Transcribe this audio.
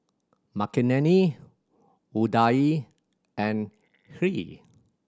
Makineni Udai and Hri